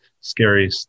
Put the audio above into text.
scary